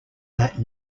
that